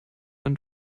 and